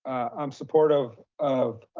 i'm supportive of,